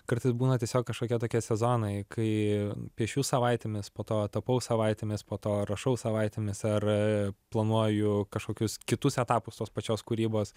kartais būna tiesiog kažkokie tokie sezonai kai piešiu savaitėmis po to tapau savaitėmis po to rašau savaitėmis ar planuoju kažkokius kitus etapus tos pačios kūrybos